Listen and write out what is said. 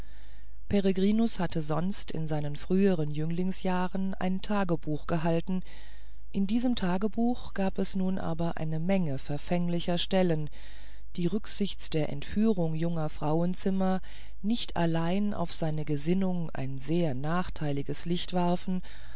peregrinus hatte sonst in seinen früheren jünglingsjahren ein tagebuch gehalten in diesem tagebuch gab es nun aber eine menge verfänglicher stellen die rücksichts der entführung junger frauenzimmer nicht allein auf seine gesinnungen ein sehr nachteiliges licht warfen